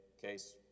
case